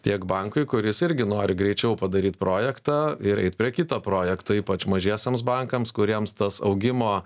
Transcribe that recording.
tiek bankui kuris irgi nori greičiau padaryt projektą ir eit prie kito projekto ypač mažiesiems bankams kuriems tas augimo